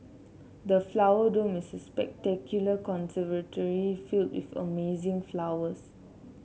the Flower Dome is a spectacular conservatory filled with amazing flowers